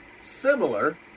similar